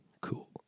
cool